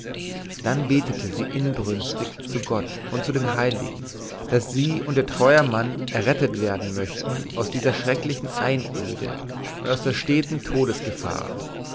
dann betete sie inbrünstig zu gott und zu den heiligen daß sie und ihr treuer mann errettet werden möchten aus dieser schrecklichen einöde und aus der steten todesgefahr